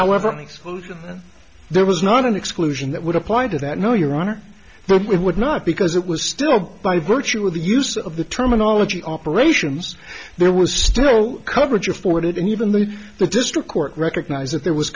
however there was not an exclusion that would apply to that no your honor the would not because it was still by virtue of the use of the terminology operations there was still coverage afford it and even though the district court recognized that there was